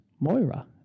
Moira